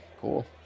Cool